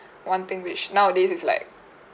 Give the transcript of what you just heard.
one thing which nowadays is like